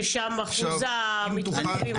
ששם אחוז המתפטרים.